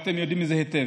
ואתם יודעים את זה היטב,